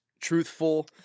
truthful